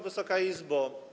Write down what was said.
Wysoka Izbo!